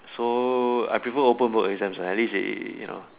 so I prefer open book exams at least there you know